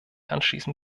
anschließen